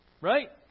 Right